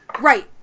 Right